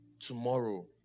tomorrow